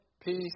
peace